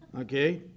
Okay